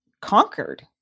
conquered